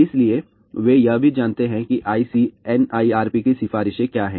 इसलिए वे यह भी जानते हैं ICNIRP सिफारिशें क्या हैं